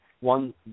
one